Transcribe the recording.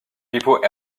people